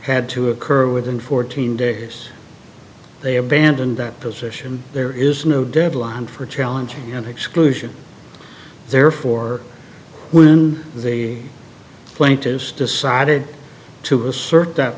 had to occur within fourteen days they abandon that position there is no deadline for challenging an exclusion therefore when the plaintiffs decided to assert that